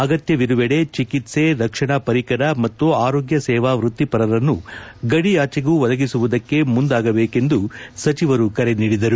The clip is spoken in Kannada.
ಅಗತ್ಜವಿರುವೆಡೆ ಚಿಕಿತ್ಸೆ ರಕ್ಷಣಾ ಪರಿಕರ ಮತ್ತು ಆರೋಗ್ಯ ಸೇವಾ ವೃತ್ತಿಪರರನ್ನು ಗಡಿಯಾಚೆಗೂ ಒದಗಿಸುವುದಕ್ಕೆ ಮುಂದಾಗಬೇಕೆಂದು ಸಚಿವರು ಕರೆ ನೀಡಿದರು